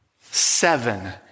Seven